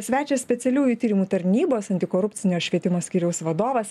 svečią specialiųjų tyrimų tarnybos antikorupcinio švietimo skyriaus vadovas